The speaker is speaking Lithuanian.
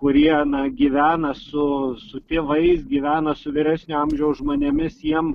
kurie na gyvena su su tėvais gyvena su vyresnio amžiaus žmonėmis jiem